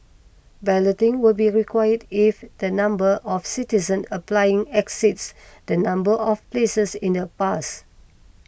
balloting will be required if the number of citizens applying exceeds the number of places in that